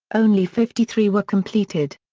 only fifty three were completed.